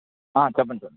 చెప్పండి సార్